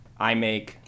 iMake